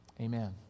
Amen